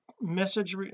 message